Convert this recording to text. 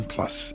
Plus